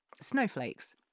snowflakes